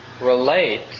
relate